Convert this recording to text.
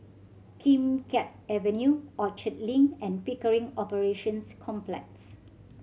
Kim Keat Avenue Orchard Link and Pickering Operations Complex